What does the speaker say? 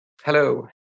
Hello